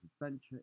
adventure